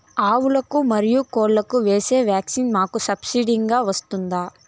ఆవులకు, మరియు కోళ్లకు వేసే వ్యాక్సిన్ మాకు సబ్సిడి గా వస్తుందా?